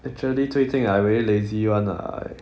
actually 最近 I very lazy [one] ah I